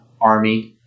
Army